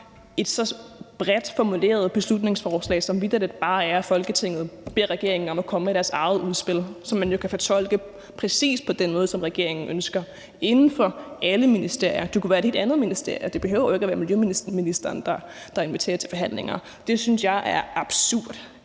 et så bredt formuleret beslutningsforslag, som vitterlig bare består i, at Folketinget beder regeringen om at komme med deres eget udspil, som man jo kan fortolke på præcis den måde, som regeringen ønsker, og som kan være inden for alle ministerier. Det kunne være et helt andet ministerie; det behøver jo ikke at være miljøministeren, der inviterer til forhandlinger. Det synes jeg helt